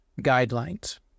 guidelines